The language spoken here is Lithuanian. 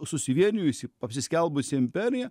susivienijusi apsiskelbusi imperija